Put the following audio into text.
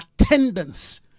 attendance